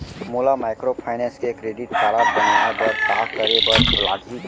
मोला माइक्रोफाइनेंस के credit card बनवाए बर का करे बर लागही?